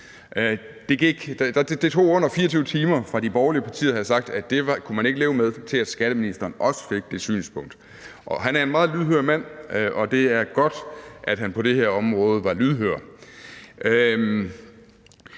Det tog under 24 timer, fra de borgerlige partier havde sagt, at det kunne man ikke leve med, til at skatteministeren også fik det synspunkt. Han er en meget lydhør mand, og det er godt, at han på det her område var lydhør.